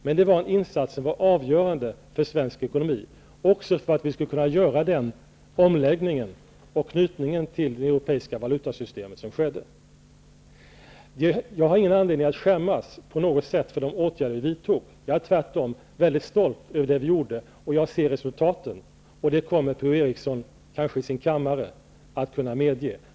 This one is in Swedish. Men det var en insats som var avgörande för svensk ekonomi, också för att vi skulle kunna göra den omläggning och knytning till det europeiska valutasystemet som skedde. Jag har ingen anledning att på något sätt skämmas för de åtgärder vi vidtog. Jag är tvärtom väldigt stolt över det vi gjorde. Jag ser resultaten, och det kommer Per-Ola Eriksson kanske att kunna medge i sin kammare.